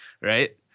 Right